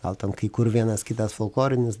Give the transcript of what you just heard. gal ten kai kur vienas kitas folklorinis